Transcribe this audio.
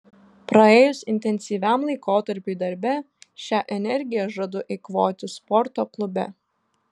praėjus intensyviam laikotarpiui darbe šią energiją žadu eikvoti sporto klube